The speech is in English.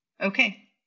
Okay